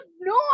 no